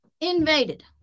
invaded